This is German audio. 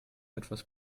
etwas